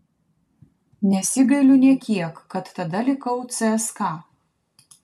nesigailiu nė kiek kad tada likau cska